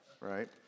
right